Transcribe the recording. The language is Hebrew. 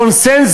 מותר לך לשמוע.